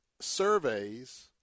surveys